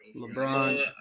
LeBron